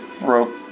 rope